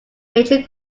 major